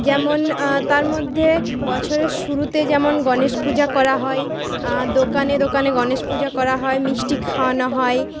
যেমন তার মধ্যে বছরের শুরুতে যেমন গণেশ পূজা করা হয় দোকানে দোকানে গণেশ পূজা করা হয় মিষ্টি খাওয়ানো হয়